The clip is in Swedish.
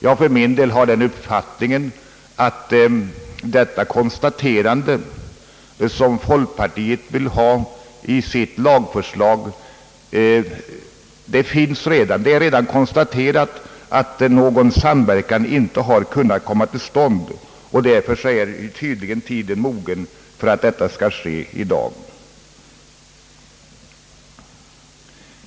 Jag för min del har den uppfattningen, att det konstaterande som folkpartiet vill ha inskrivet enligt sitt förslag redan har gjorts; det är redan fastslaget att någon samverkan inte har kunnat komma till stånd. Därför är tydligen tiden mogen för att detta skall ske i dag.